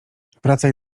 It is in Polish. wracaj